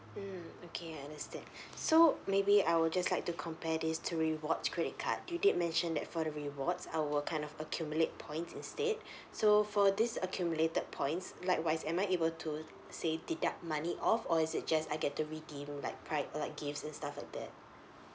mm okay I understand so maybe I will just like to compare these two rewards credit card you did mention that for the rewards our kind of accumulate points instead so for this accumulated points like wise am I able to say deduct money off or is it just I get to redeem like pride like gifts and stuff like that